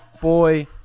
Boy